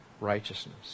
righteousness